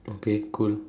okay cool